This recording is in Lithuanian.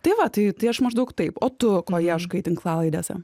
tai va tai tai aš maždaug taip o tu ko ieškai tinklalaidėse